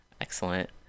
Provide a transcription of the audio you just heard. Excellent